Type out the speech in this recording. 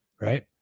right